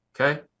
okay